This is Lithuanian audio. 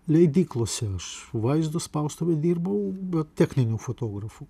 leidyklose su vaizdu spaustuvėj dirbau be techninių fotografų